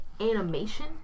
animation